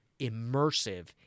immersive